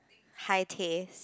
high taste